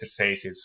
interfaces